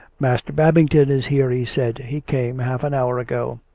master babington is here, he said. he came half an hour ago.